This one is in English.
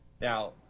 Now